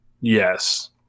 Yes